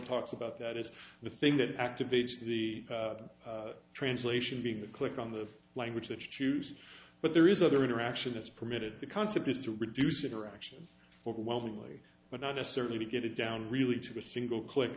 talks about that is the thing that activates the translation being that click on the language that you choose but there is other interaction that's permitted the concept is to reduce interaction overwhelmingly but not necessarily to get it down really to a single click